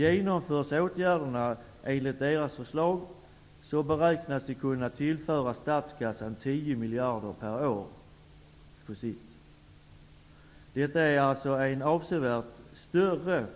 Genomförs åtgärderna enligt deras förslag beräknas vi på sikt kunna tillföra statskassan 10 miljarder per år. Detta är en avsevärt större